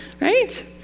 right